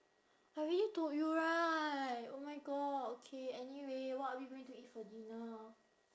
I already told you right oh my god okay anyway what are we going to eat for dinner